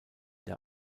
der